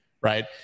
right